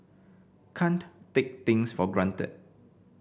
can't take things for granted